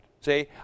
See